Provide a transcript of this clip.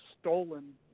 stolen